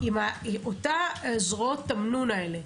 עם אותם זרועות תמנון האלה,